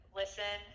listen